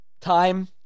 time